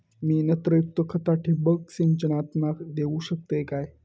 मी नत्रयुक्त खता ठिबक सिंचनातना देऊ शकतय काय?